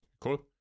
Cool